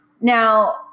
Now